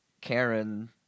Karen